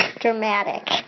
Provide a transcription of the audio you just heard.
dramatic